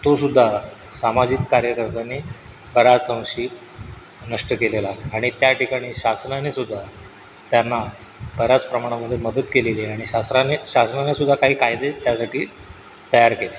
तो सुद्धा सामाजिक कार्यकर्त्यांनी बऱ्याच अंशी नष्ट केलेला आहे आणि त्याठिकाणी शासनाने सुद्धा त्यांना बऱ्याच प्रमाणामध्ये मदत केलेली आहे आणि शासराने शासनाने सुद्धा काही कायदे त्यासाठी तयार केले